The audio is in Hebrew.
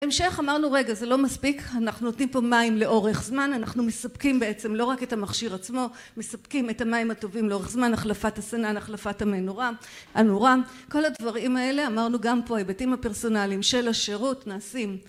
בהמשך אמרנו רגע, זה לא מספיק, אנחנו נותנים פה מים לאורך זמן, אנחנו מספקים בעצם לא רק את המכשיר עצמו, מספקים את המים הטובים לאורך זמן, החלפת הסנן החלפת המנורה, הנורה, כל הדברים האלה אמרנו גם פה היבטים הפרסונליים של השירות נעשים